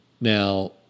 Now